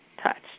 touched